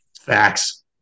Facts